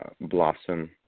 blossom